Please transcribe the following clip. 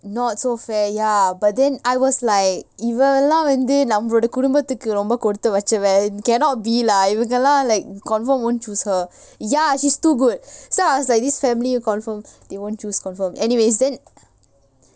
not so fair ya but then I was like இவ எல்லாம் வந்து நம்மளுடைய குடும்பதுக்கு ரொம்ப குடுத்து வெச்சவ:iva ellaam vanthu nammaludaiya kudumbathukku romba kuduthu vechchava cannot be lah இவங்கெல்லாம்:ivangellaam like confirm won't choose her ya she's too good so I was like this family confirm they won't choose confirm anyways then